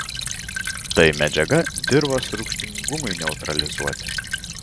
tai medžiaga dirvos rūgštingumui neutralizuoti